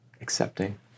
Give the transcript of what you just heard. accepting